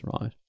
right